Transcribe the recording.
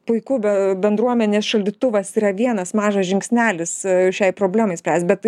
puiku be bendruomenės šaldytuvas yra vienas mažas žingsnelis šiai problemai spręsti bet